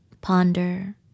ponder